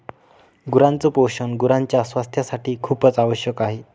गुरांच पोषण गुरांच्या स्वास्थासाठी खूपच आवश्यक आहे